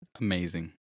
Amazing